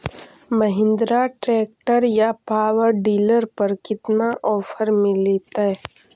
Mahindra tractor या power dealer पर कितना ओफर मीलेतय?